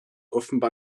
offenbar